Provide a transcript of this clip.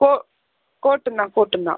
கோ கோர்ட்டுந்தான் கோர்ட்டுந்தான்